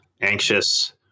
anxious